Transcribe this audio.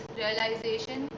realization